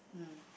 mm